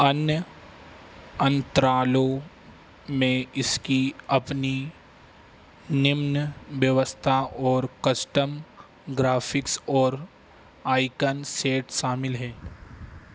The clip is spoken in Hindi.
अन्य अंतरालों में इसकी अपनी निम्न व्यवस्था और कस्टम ग्राफिक्स और आइकन सेट शामिल हैं